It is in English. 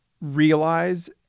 realize